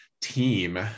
team